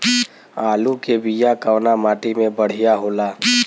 आलू के बिया कवना माटी मे बढ़ियां होला?